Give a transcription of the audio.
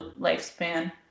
lifespan